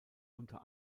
unter